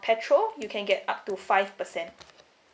petrol you can get up to five percent